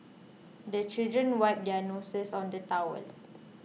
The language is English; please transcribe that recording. the children wipe their noses on the towel